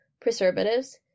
preservatives